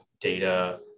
data